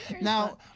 Now